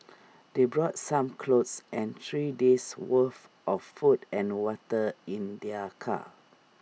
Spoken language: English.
they brought some clothes and three days' worth of food and water in their car